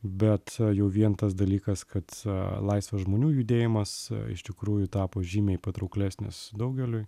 bet jau vien tas dalykas kad laisvas žmonių judėjimas iš tikrųjų tapo žymiai patrauklesnis daugeliui